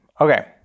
Okay